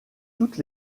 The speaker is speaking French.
toutes